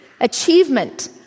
achievement